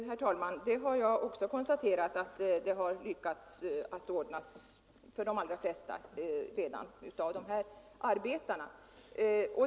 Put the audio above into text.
Herr talman! Också jag har konstaterat att man redan har lyckats ordna för de allra flesta av de här arbetarna.